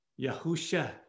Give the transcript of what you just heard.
Yahusha